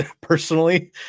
personally